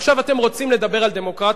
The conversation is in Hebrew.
עכשיו אתם רוצים לדבר על דמוקרטיה,